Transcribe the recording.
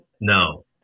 No